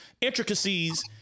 intricacies